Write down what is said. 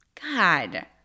God